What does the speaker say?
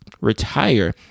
Retire